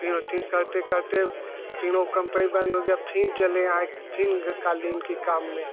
फिर ओथीम करते करते फिर वो कम्पनी बंद हो गया फिर चलें आए फिर क़ालीन के काम में